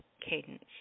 Cadence